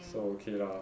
so okay lah